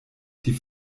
die